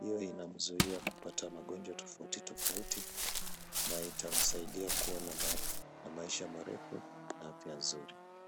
Hio inamzuia kupata magonjwa tofauti tofauti na itamsaidia kuwa na maisha marefu na afya nzuri.